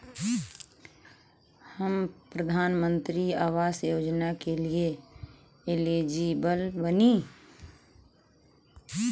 हम प्रधानमंत्री आवास योजना के लिए एलिजिबल बनी?